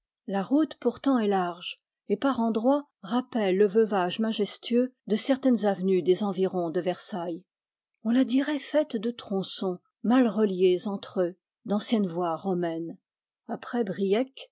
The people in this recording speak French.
la route pourtant est large et par endroits rappelle le veuvage majestueux de certaines avenues des environs de versailles on la dirait faite de tronçons mal reliés entre eux d'anciennes voies romaines après briec